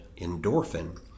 endorphin